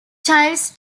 childs